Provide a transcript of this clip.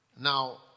Now